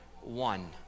one